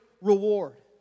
reward